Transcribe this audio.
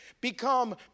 become